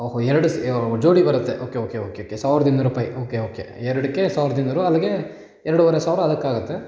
ಓಹೊ ಎರಡೂ ಸೆ ಜೋಡಿ ಬರುತ್ತೆ ಓಕೆ ಓಕೆ ಓಕೆ ಓಕೆ ಸಾವ್ರ್ದ ಇನ್ನೂರು ರೂಪಾಯಿ ಓಕೆ ಓಕೆ ಎರಡಕ್ಕೆ ಸಾವಿರದ ಇನ್ನೂರು ಅಲ್ಲಿಗೆ ಎರಡುವರೆ ಸಾವಿರ ಅದಕ್ಕೆ ಆಗುತ್ತೆ